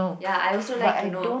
ya I also like to know